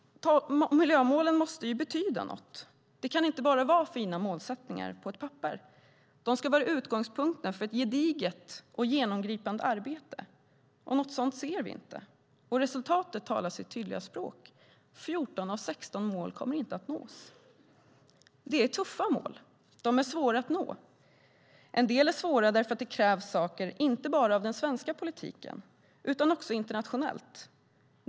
Miljömålen måste betyda något. De kan inte bara vara fina målsättningar på ett papper. De ska vara utgångspunkten för ett gediget och genomgripande arbete, men något sådant ser vi inte. Och resultatet talar sitt tydliga språk. 14 av 16 mål kommer inte att nås. Det är tuffa mål, och de är svåra att nå. En del är svåra därför att det krävs saker inte bara av den svenska politiken utan också internationellt.